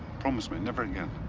promise me, never again.